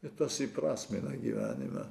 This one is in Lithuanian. ir tas įprasmina gyvenimą